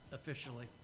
officially